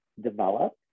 develop